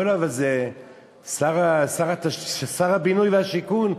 אומר לו: שר הבינוי והשיכון,